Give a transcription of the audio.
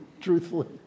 truthfully